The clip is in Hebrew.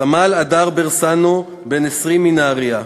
סמל אדר ברסנו, בן 20, מנהריה,